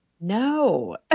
No